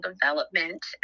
development